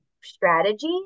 strategy